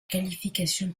qualification